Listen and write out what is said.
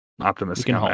optimistic